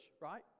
right